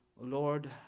Lord